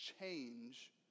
change